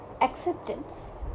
acceptance